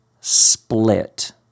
split